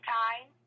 time